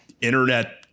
Internet